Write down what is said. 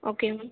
okay ma'am